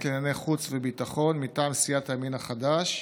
לענייני חוץ וביטחון מטעם סיעת הימין החדש: